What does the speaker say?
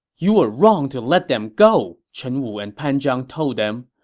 you were wrong to let them go, chen wu and pan zhang told them.